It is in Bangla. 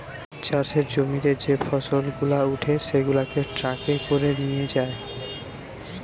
চাষের জমিতে যে ফসল গুলা উঠে সেগুলাকে ট্রাকে করে নিয়ে যায়